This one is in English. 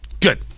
Good